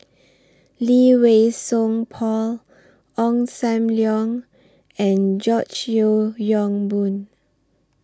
Lee Wei Song Paul Ong SAM Leong and George Yeo Yong Boon